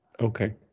Okay